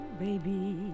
baby